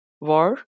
war